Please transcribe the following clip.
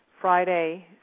Friday